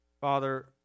Father